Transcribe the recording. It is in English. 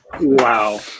Wow